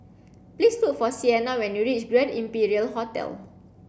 please look for Siena when you reach Grand Imperial Hotel